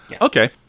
Okay